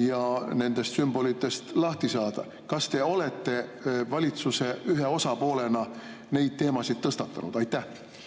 ja nendest sümbolitest lahti saada. Kas te olete valitsuse ühe osapoolena neid teemasid tõstatanud? Aitäh,